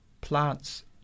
plants